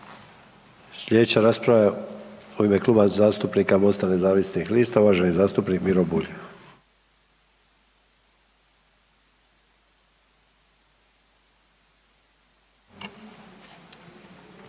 Sljedeća rasprava je u ime Kluba zastupnika Mosta nezavisnih lista uvaženi zastupnik Miro Bulj.